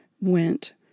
went